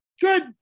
Good